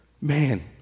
man